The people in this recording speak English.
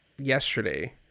yesterday